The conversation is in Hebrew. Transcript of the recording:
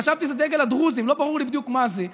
חשבתי שזה דגל הדרוזים, לא ברור לי בדיוק מה זה.